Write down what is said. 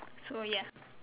so ya